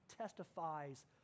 testifies